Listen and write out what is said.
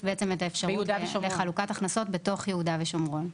את האפשרות לחלוקת הכנסות בתוך יהודה ושומרון.